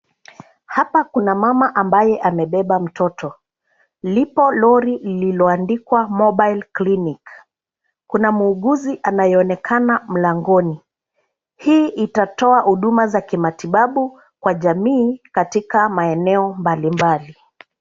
Hapa kuna mama ambaye amebeba mtoto. Lipo lori lililoandikwa mobile clinic. Kuna muuguzi anayeonekana mlangoni. Hii itatoa huduma za kimatibabu kwa jamii katika maeneo mbalimbali.